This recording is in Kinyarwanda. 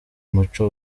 muco